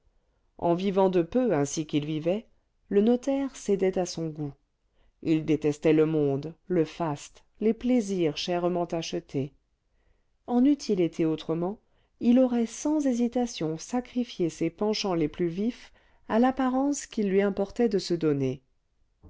en vivant de peu ainsi qu'il vivait le notaire cédait à son goût il détestait le monde le faste les plaisirs chèrement achetés en eût-il été autrement il aurait sans hésitation sacrifié ses penchants les plus vifs à l'apparence qu'il lui importait de se donner